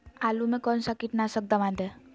आलू में कौन सा कीटनाशक दवाएं दे?